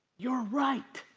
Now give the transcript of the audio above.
you're right.